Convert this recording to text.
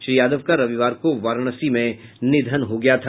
श्री यादव का रविवार को वाराणसी में निधन हो गया था